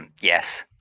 Yes